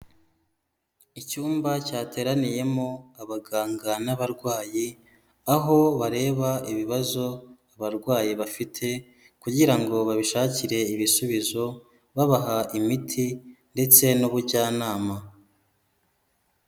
Icyumba cyateraniyemo abaganga n'abarwayi aho bareba ibibazo abarwayi bafite kugira ngo babishakire ibisubizo babaha imiti ndetse n'ubujyanama.